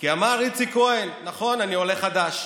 כי אמר איציק כהן: נכון, אני עולה חדש,